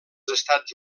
estats